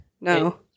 No